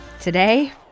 Today